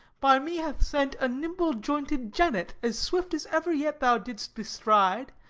by me hath sent a nimble jointed jennet, as swift as ever yet thou didst bestride,